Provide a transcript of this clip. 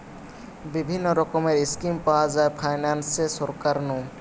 বিভিন্ন রকমের স্কিম পাওয়া যায় ফাইনান্সে সরকার নু